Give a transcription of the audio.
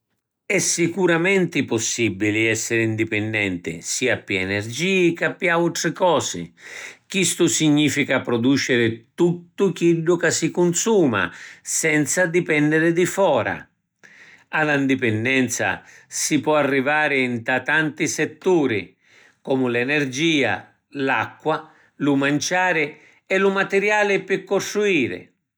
È sicuramenti possibili essiri ndipinnenti, sia pi energii ca pi autri cosi. Chistu significa produciri tuttu chiddu ca si cunsuma, senza dipenniri di fora. A la ndipinnenza si pò arrivari nta tanti setturi comu l’energia, l’acqua, lu manciari e li matiriali pi costruiri.